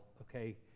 okay